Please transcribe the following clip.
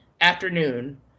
afternoon